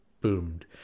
boomed